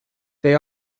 they